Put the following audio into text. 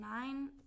nine